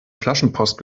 flaschenpost